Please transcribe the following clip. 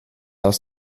aus